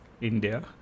India